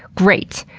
great!